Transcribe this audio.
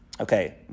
Okay